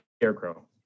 Scarecrow